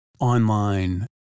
online